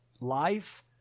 life